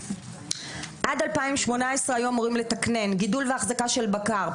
עד 2018 היו אמורים לתקנן: גידול והחזקה של בקר,